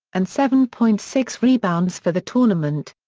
and seven point six rebounds for the tournament.